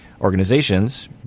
organizations